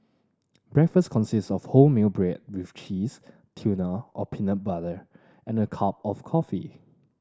breakfast consist of wholemeal bread with cheese tuna or peanut butter and a cup of coffee